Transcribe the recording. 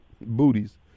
booties